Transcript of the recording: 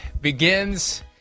begins